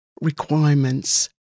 requirements